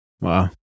Wow